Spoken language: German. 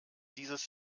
dieses